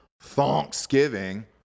Thanksgiving